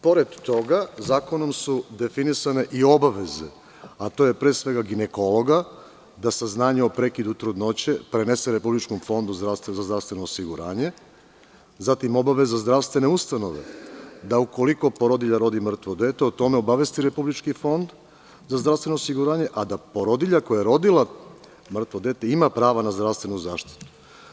Pored toga, zakonom su definisane i obaveze, a to je pre svega ginekologa, da saznanje o prekidu trudnoće prenese Republičkom fondu za zdravstveno osiguranje, zatim obaveza zdravstvene ustanove da ukoliko porodilja rodi mrtvo dete, o tome obavesti Republički fond za zdravstveno osiguranje, a da porodilja koja je rodila mrtvo dete ima pravo na zdravstvenu zaštitu.